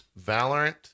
Valorant